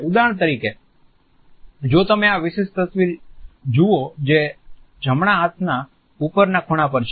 ઉદાહરણ તરીકે જો તમે આ વિશિષ્ટ તસવીર જુઓ જે જમણા હાથના ઉપરના ખુણા પર છે